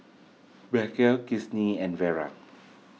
Macel Kinsey and Vera